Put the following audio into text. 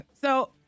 So-